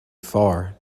far